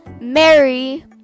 Mary